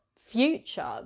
Future